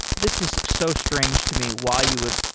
this is so strange to me why you would